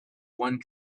one